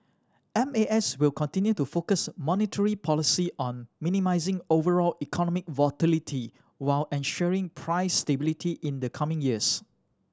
M A S will continue to focus monetary policy on minimising overall economic volatility while ensuring price stability in the coming years